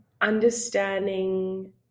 understanding